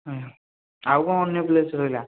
ଆଜ୍ଞା ଆଉ କ'ଣ ଅନ୍ୟ ପ୍ଲେସ୍ ରହିଲା